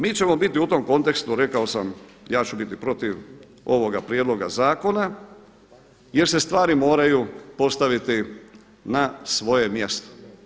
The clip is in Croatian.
Mi ćemo biti u tom kontekstu rekao sam ja ću biti protiv ovoga prijedloga zakona, jer se stvari moraju postaviti na svoje mjesto.